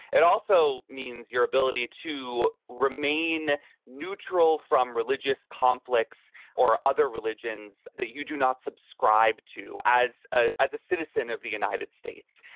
it also means your ability to remain neutral from religious conflicts or other religions that you do not subscribe to as ah as a citizen of the united states.